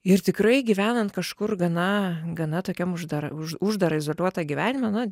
ir tikrai gyvenant kažkur gana gana tokiam uždar už uždarą izoliuotą gyvenimą na